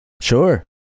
Sure